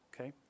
Okay